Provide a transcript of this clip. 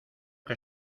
que